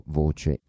voce